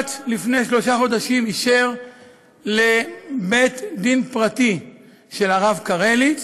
לפני שלושה חודשים בג"ץ אישר לבית-דין פרטי של הרב קרליץ